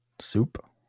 Soup